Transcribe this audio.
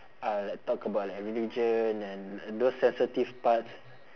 uh like talk about like religion and those sensitive parts